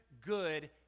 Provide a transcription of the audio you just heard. good